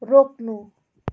रोक्नु